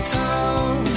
town